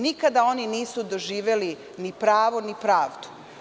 Nikada oni nisu doživeli ni pravo, ni pravdu.